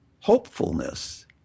hopefulness